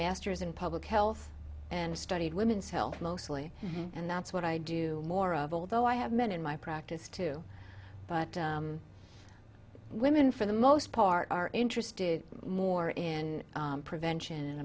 master's in public health and studied women's health mostly and that's what i do more of although i have men in my practice too but women for the most part are interested more in prevention